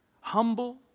humble